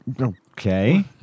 Okay